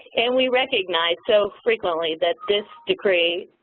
and we recognize so frequently that this decree